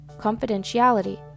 Confidentiality